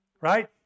Right